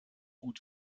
gut